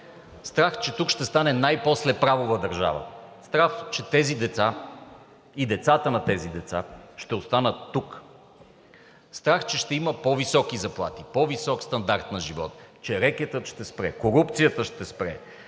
Страх, че тук ще стане най-после правова държава! Страх, че тези деца и децата на тези деца ще останат тук! Страх, че ще има по-високи заплати, по-висок стандарт на живот, че рекетът ще спре, корупцията ще спре!